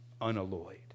unalloyed